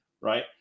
right